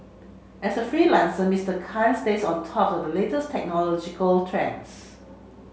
as a freelancer Mr Khan stays on top of the latest technological trends